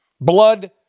blood